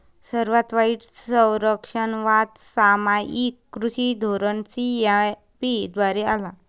सर्वात वाईट संरक्षणवाद सामायिक कृषी धोरण सी.ए.पी द्वारे आला